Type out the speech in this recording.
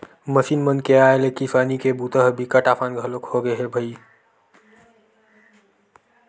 machine मन के आए ले किसानी के बूता ह बिकट असान घलोक होगे हे भईर